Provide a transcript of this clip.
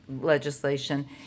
legislation